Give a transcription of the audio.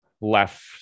Left